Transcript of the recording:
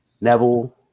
Neville